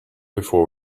before